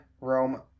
Rome